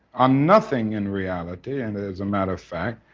ah nothing in reality and as a matter of fact,